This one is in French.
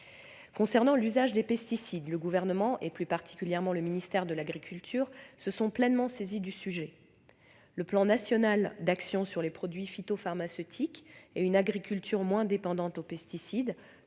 Concernant l'usage des pesticides, le Gouvernement, et plus particulièrement le ministère de l'agriculture, s'est pleinement saisi du sujet. Le plan national d'actions sur les produits phytopharmaceutiques et une agriculture moins dépendante aux pesticides,